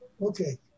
Okay